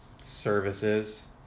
services